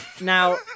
Now